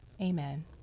Amen